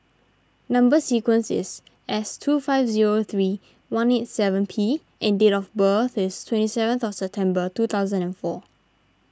Number Sequence is S two five zero three one eight seven P and date of birth is twenty seventh of September two thousand and four